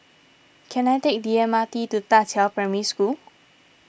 can I take the M R T to Da Qiao Primary School